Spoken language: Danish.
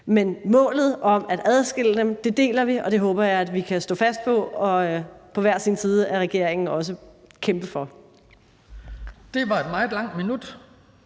Men målet om at adskille dem deler vi, og det håber jeg vi kan stå fast på på hver sin side af regeringen og også kæmpe for. Kl. 12:24 Den fg.